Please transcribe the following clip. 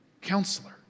Counselor